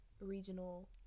regional